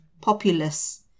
populace